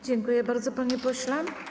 Dziękuję bardzo, panie pośle.